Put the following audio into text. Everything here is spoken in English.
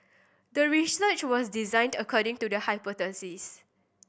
the research was designed according to the hypothesis